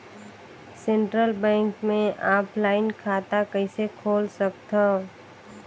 Central bank मे offline खाता कइसे खोल सकथव?